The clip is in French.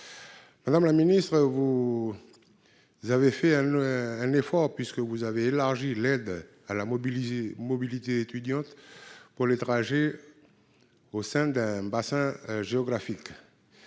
Madame la ministre, vous avez fait un effort, puisque vous avez élargi l'aide à la mobilité étudiante aux trajets effectués au sein d'un bassin géographique.